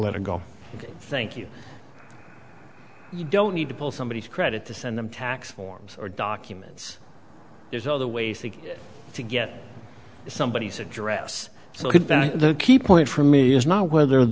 let it go ok thank you you don't need to pull somebody credit to send them tax forms or documents there's other ways to get somebody said dress so the key point for me is now whether